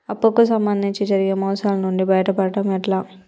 అప్పు కు సంబంధించి జరిగే మోసాలు నుండి బయటపడడం ఎట్లా?